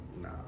Nah